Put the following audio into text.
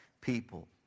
people